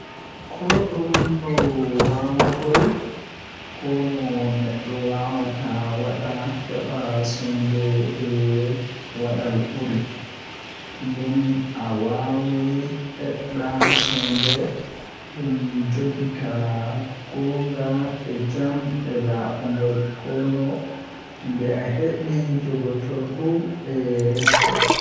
Ko ɗum no waawugol, kono neɗɗo waɗataa waɗde heɓde sooyɗi e waɗal ɓuri. Nde a waawi heɓde sooyɗi, ɗuum njogitaa goongɗi e jam e laaɓugol. Kono nde a heɓi njogordu e respect.